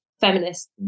feminist